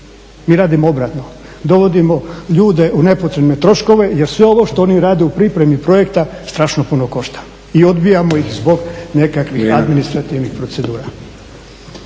Mi radimo obratno, dovodimo ljude u nepotrebne troškove jer sve ovo što oni rade u pripremi projekta strašno puno košta i odbijamo ih zbog nekakvih administrativnih procedura.